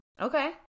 Okay